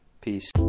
Peace